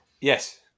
Yes